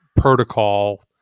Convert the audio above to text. protocol